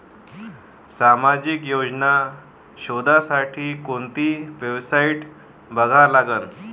सामाजिक योजना शोधासाठी कोंती वेबसाईट बघा लागन?